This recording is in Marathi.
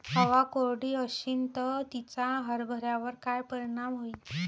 हवा कोरडी अशीन त तिचा हरभऱ्यावर काय परिणाम होईन?